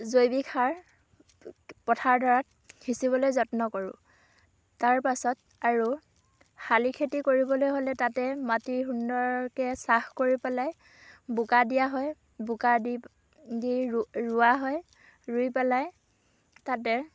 জৈৱিক সাৰ পথাৰডৰাত সিঁচিবলৈ যত্ন কৰোঁ তাৰ পাছত আৰু শালি খেতি কৰিবলৈ হ'লে তাতে মাটি সুন্দৰকৈ চাহ কৰি পেলাই বোকা দিয়া হয় বোকা দি দি ৰোৱা হয় ৰুই পেলাই তাতে